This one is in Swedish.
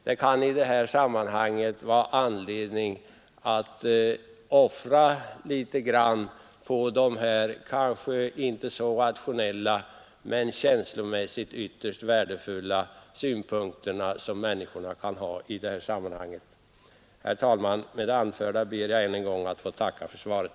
Det kan vara anledning att offra litet grand på sådana här, kanske inte så rationella men känslomässigt ytterst värdefulla, synpunkter som människor kan ha. Herr talman! Med det anförda ber jag än en gång att få tacka för svaret.